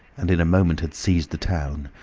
and in a moment had seized the town.